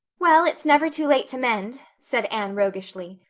well, it's never too late to mend, said anne roguishly.